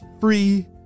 free